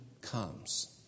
comes